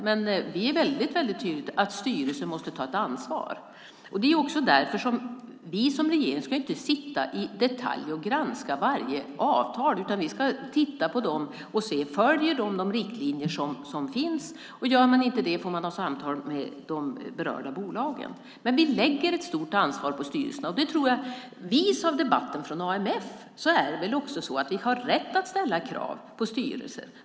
Men vi är väldigt tydliga med att styrelsen måste ta ett ansvar. Vi som regering ska inte sitta och i detalj granska varje avtal. Vi ska titta på dem och se om de följer de riktlinjer som finns. Gör de inte det får man ha samtal med de berörda bolagen. Men vi lägger ett stort ansvar på styrelserna. Visa av debatten om AMF har vi rätt att ställa krav på styrelser.